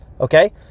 okay